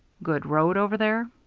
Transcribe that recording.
good road over there?